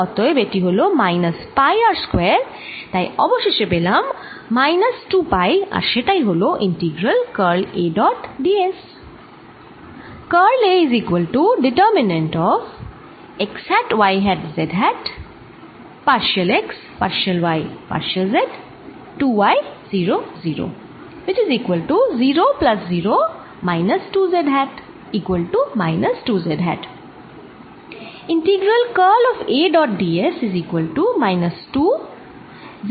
অতএব এটি হল মাইনাস পাই r স্কয়ার তাই অবশেষে পেলাম মাইনাস 2 পাই আর সেটাই হল integral curl A dot d s